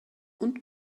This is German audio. und